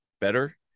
better